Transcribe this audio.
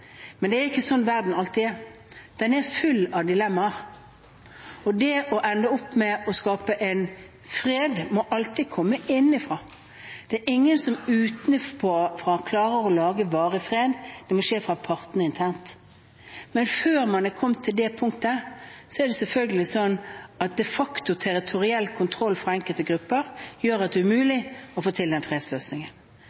Men det er ikke alltid slik verden er. Den er full av dilemmaer, og det å skape fred må alltid komme innenfra. Det er ingen som utenfra klarer å skape varig fred, det må skje fra partene internt. Men før man er kommet til det punktet, er det selvfølgelig slik at de facto territoriell kontroll fra enkelte grupper gjør at det